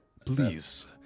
Please